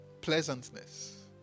Pleasantness